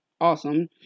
awesome